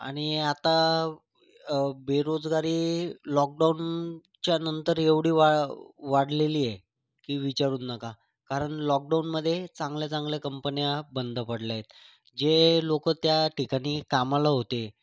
आणि आता बेरोजगारी लॉकडाउनच्या नंतर एवढी वा वाढलेली आहे की विचारूत नका लॉकडाउनमध्ये चांगल्याचांगल्या कंपन्या बंद पडल्या आहेत जे लोक त्या ठिकाणी कामाला होते